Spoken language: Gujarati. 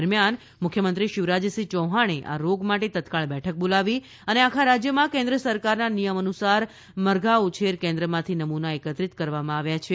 દરમિયાન મુખ્યમંત્રી શિવરાજસિંહ યૌહાણે આ રોગ માટે તત્કાળ બેઠક બોલાવી હતી અને આખા રાજ્યમાં કેન્દ્ર સરકારના નિયમો અનુસાર મરધા ઉછેર કેન્દ્રમાંથી નમૂના એકત્રીત કરવામાં આવ્યા છે